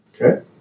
Okay